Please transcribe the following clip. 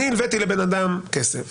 אני הלוויתי לבן אדם כסף